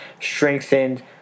Strengthened